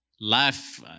life